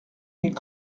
mille